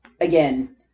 again